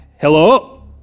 Hello